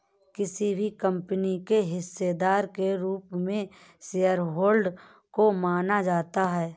किसी भी कम्पनी के हिस्सेदार के रूप में शेयरहोल्डर को माना जाता है